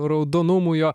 raudonumu jo